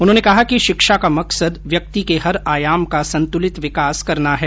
उन्होंने कहा कि शिक्षा का मकसद व्यक्ति के हर आयाम का संतुलित विकास करना है